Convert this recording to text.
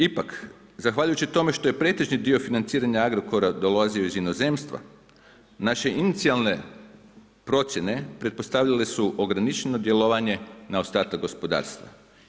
Ipak, zahvaljujući tome što je pretežni dio financiranja Agrokora dolazio iz inozemstva, naše inicijalne procjene pretpostavljale su ograničeno djelovanje na ostatak gospodarstva.